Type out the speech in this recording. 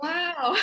Wow